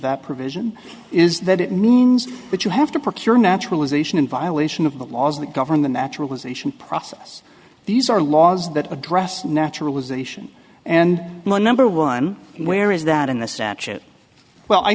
that provision is that it means that you have to park your naturalization in violation of the laws that govern the naturalization process these are laws that address naturalization and number one where is that in the statute well i